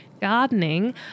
gardening